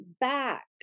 back